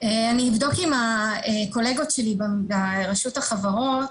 אני אבדוק עם הקולגות שלי ברשות החברות.